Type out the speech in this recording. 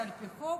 זה על פי חוק,